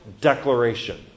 declaration